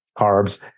carbs